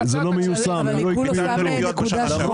מיכאל, אין ריביות, יש רק